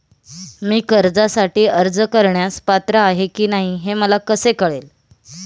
मी कर्जासाठी अर्ज करण्यास पात्र आहे की नाही हे मला कसे कळेल?